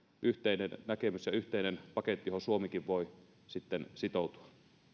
yhteinen näkemys ja yhteinen paketti johon suomikin voi sitten sitoutua